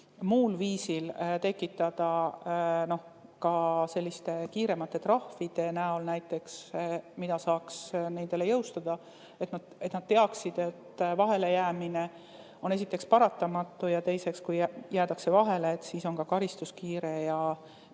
muul viisil tekitada, näiteks selliste kiiremate trahvide näol, mida saaks nendele jõustada, et nad teaksid, et vahelejäämine on esiteks paratamatu ja teiseks, kui jäädakse vahele, siis on karistus kiire ja